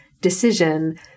decision